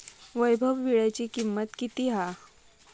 वैभव वीळ्याची किंमत किती हा?